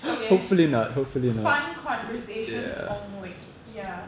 it's okay fun conversations only ya